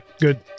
Good